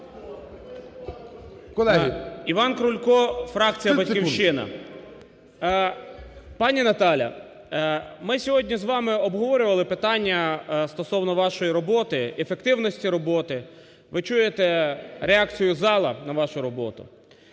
Іван Крулько, фракція "Батьківщина". Пані Наталія, ми сьогодні з вами обговорювали питання стосовно вашої роботи, ефективності роботи, ви чуєте реакцію зала на вашу роботу.